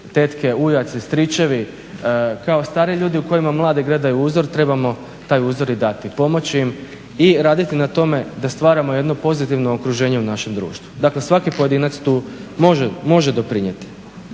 tete, ujaci, stričevi, kao stariji ljudi u kojima mladi gledaju uzor, trebamo taj uzor i dati, pomoći im i raditi na tome da stvaramo jedno pozitivno okruženje u našem društvu. Dakle, svaki pojedinac tu može doprinijeti.